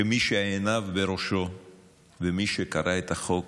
שמי שעיניו בראשו ומי שקרא את החוק,